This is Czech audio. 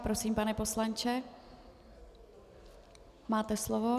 Prosím, pane poslanče, máte slovo.